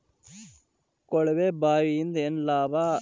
ಕೊಳವೆ ಬಾವಿಯಿಂದ ಏನ್ ಲಾಭಾ?